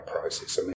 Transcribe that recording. process